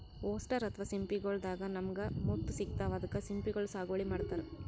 oyster ಅಥವಾ ಸಿಂಪಿಗೊಳ್ ದಾಗಾ ನಮ್ಗ್ ಮುತ್ತ್ ಸಿಗ್ತಾವ್ ಅದಕ್ಕ್ ಸಿಂಪಿಗೊಳ್ ಸಾಗುವಳಿ ಮಾಡತರ್